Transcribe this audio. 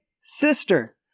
sister